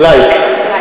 "לייק"